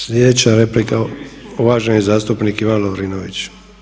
Sljedeća replika uvaženi zastupnik Ivan Lovrinović.